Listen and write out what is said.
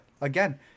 again